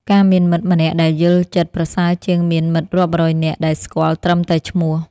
ការមានមិត្តម្នាក់ដែលយល់ចិត្ត ប្រសើរជាងមានមិត្តរាប់រយនាក់ដែលស្គាល់ត្រឹមតែឈ្មោះ។